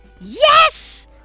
yes